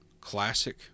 classic